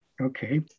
Okay